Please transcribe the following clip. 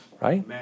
right